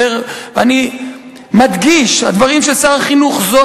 אני מדגיש את הדברים של שר החינוך: זו